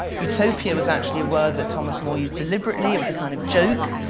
utopia was actually a word that thomas moore used deliberately. it was a kind of joke,